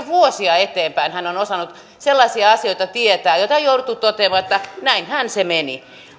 vuosia eteenpäin hän on osannut sellaisia asioita tietää joista on jouduttu toteamaan että näinhän se meni